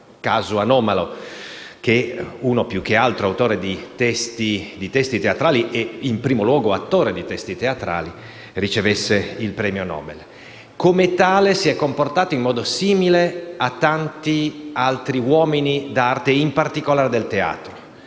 caso anomalo che un autore più che altro di testi teatrali e, in primo luogo, un attore di testi teatrali ricevesse il premio Nobel. Come tale si è comportato, in modo simile a tanti altri uomini d'arte, in particolare del teatro,